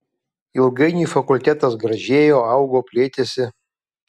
ilgainiui fakultetas gražėjo augo plėtėsi